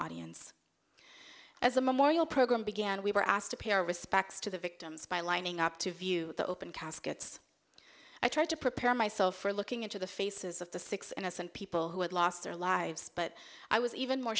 audience as a memorial program began we were asked to pay our respects to the victims by lining up to view the open caskets i tried to prepare myself for looking into the faces of the six innocent people who had lost their lives but i was even more